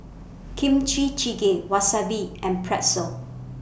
Kimchi Jjigae Wasabi and Pretzel